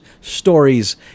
stories